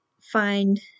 find